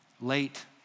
late